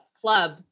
club